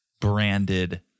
branded